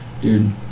dude